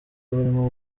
barimo